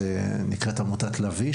היא נקראת "עמותת לביא",